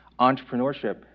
entrepreneurship